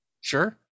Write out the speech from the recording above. Sure